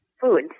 food